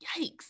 yikes